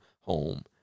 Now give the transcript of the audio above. home